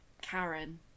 Karen